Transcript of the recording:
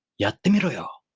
yattemiroyo!